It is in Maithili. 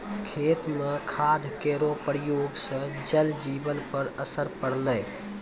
खेत म खाद केरो प्रयोग सँ जल जीवन पर असर पड़लै